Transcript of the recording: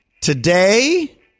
Today